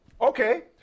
Okay